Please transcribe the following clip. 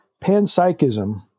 Panpsychism